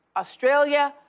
australia,